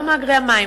לא מאגרי המים.